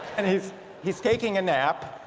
and he's he's taking a nap